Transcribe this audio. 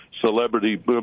celebrity